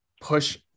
push –